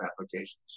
applications